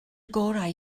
gorau